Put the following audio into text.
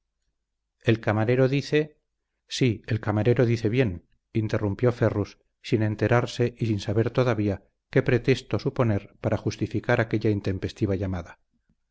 el camarero dice sí el camarero dice bien interrumpió ferrus sin enterarse y sin saber todavía qué pretexto suponer para justificar aquella intempestiva llamada